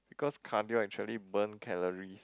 because cardio actually burn calories